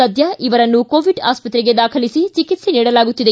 ಸದ್ದ ಇವರನ್ನು ಕೋವಿಡ್ ಆಸ್ಪತ್ರಗೆ ದಾಖಲಿಸಿ ಚಿಕಿತ್ಸೆ ನೀಡಲಾಗುತ್ತಿದೆ